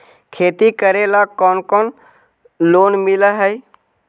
खेती करेला कौन कौन लोन मिल हइ?